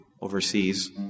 overseas